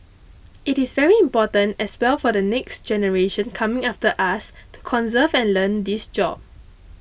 it is very important as well for the next generation coming after us to conserve and learn this job